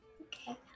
Okay